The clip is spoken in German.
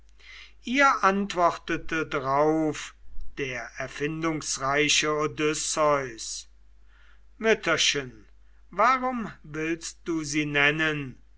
ihr antwortete drauf der erfindungsreiche odysseus mütterchen warum willst du sie nennen